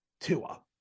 Tua